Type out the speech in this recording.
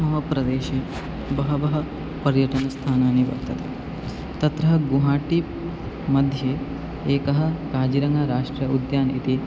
मम प्रदेशे बहवः पर्यटनस्थानानि वर्तते तत्र गुहाटी मध्ये एकः काजिरङ्ग राष्ट्र उद्यानम् इति